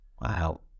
Wow